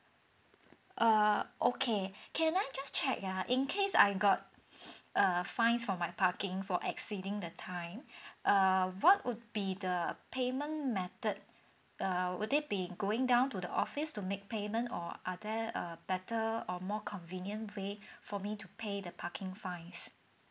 err okay can I just check ya in case I got uh fines for my parking for exceeding the time err what would be the payment method err would it be going down to the office to make payment or are there a better or more convenient way for me to pay the parking fines